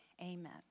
Amen